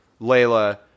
Layla